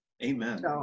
Amen